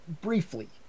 briefly